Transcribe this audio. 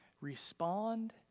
Respond